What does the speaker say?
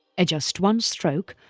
at just one stroke,